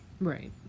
Right